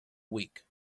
weak